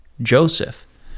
Joseph